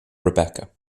rebecca